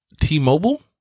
T-Mobile